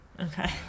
Okay